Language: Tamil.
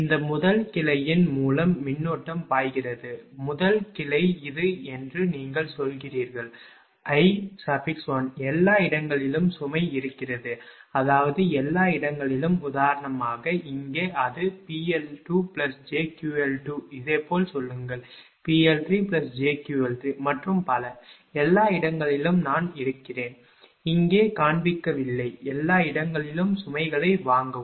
இந்த முதல் கிளையின் மூலம் மின்னோட்டம் பாய்கிறது முதல் கிளை இது என்று நீங்கள் சொல்கிறீர்கள் I1 எல்லா இடங்களிலும் சுமை இருக்கிறது அதாவது எல்லா இடங்களிலும் உதாரணமாக இங்கே அது PL2jQL2 இதேபோல் சொல்லுங்கள் PL3jQL3 மற்றும் பல எல்லா இடங்களிலும் நான் இருக்கிறேன் இங்கே காண்பிக்கவில்லை எல்லா இடங்களிலும் சுமைகளை வாங்கவும்